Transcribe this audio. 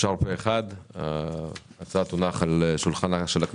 הצבעה ההצעה להעביר את הצעת חוק לתיקון פקודת